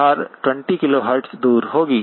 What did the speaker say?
यह धार 20 KHz दूर होगी